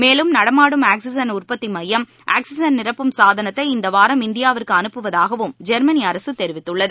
மேலும் நடமாடும் ஆக்ஸிஜன் உற்பத்தி மையம் ஆக்ஸிஜன் நிரப்பும் சாதனத்தை இந்த வாரம் இந்தியாவிற்கு அனுப்புவதாகவும் ஜெ்மனி அரசு தெரிவித்துள்ளது